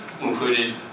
included